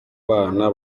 bana